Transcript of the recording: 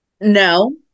No